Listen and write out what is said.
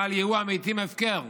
בל יהיו המתים הפקר.